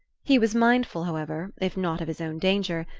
he was mindful, however, if not of his own danger,